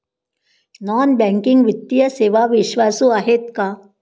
Non banking वित्तीय सेवा विश्वासू आहेत का?